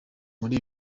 muri